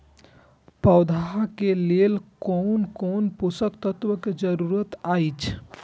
पौधा के लेल कोन कोन पोषक तत्व के जरूरत अइछ?